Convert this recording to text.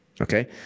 Okay